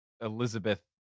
Elizabeth